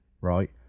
right